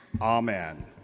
Amen